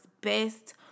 best